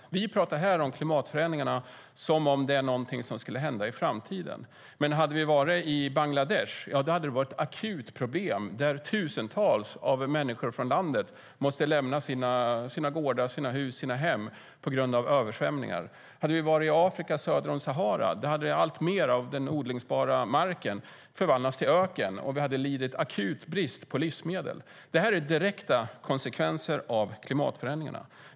Här talar vi om klimatförändringarna som om de skulle hända i framtiden. Men om vi hade varit i Bangladesh hade det varit ett akut problem där tusentals människor från landet måste lämna sina gårdar, sina hus, sina hem på grund av översvämningar. Om vi hade varit i Afrika, söder om Sahara, hade alltmer av den odlingsbara marken förvandlats till öken, och vi hade lidit akut brist på livsmedel. Det är direkta konsekvenser av klimatförändringarna.